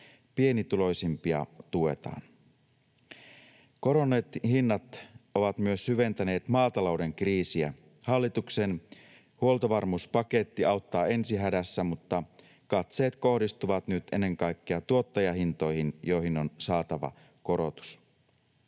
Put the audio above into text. Pienituloisimpia tuetaan. Kohonneet hinnat ovat myös syventäneet maatalouden kriisiä. Hallituksen huoltovarmuuspaketti auttaa ensihädässä, mutta katseet kohdistuvat nyt ennen kaikkea tuottajahintoihin, joihin on saatava korotus.